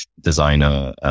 designer